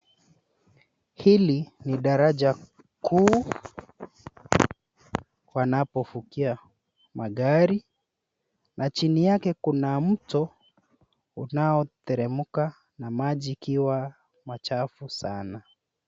Hili ni daraja kuu wanapovukia magari na chini yake kuna mto unaoteremka na maji ikiwa machafu sana.